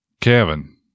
Kevin